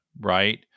right